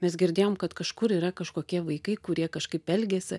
mes girdėjom kad kažkur yra kažkokie vaikai kurie kažkaip elgiasi